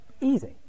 Easy